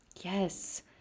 Yes